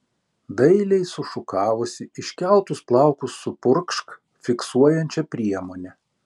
dailiai sušukavusi iškeltus plaukus supurkšk fiksuojančia priemone